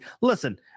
Listen